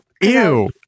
Ew